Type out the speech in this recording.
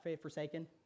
forsaken